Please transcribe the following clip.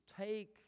take